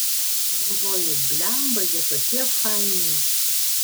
galvoju blemba jie tokie faini